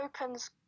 opens